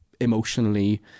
emotionally